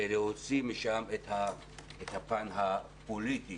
ולהוציא משם את הפן הפוליטי,